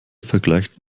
vergleicht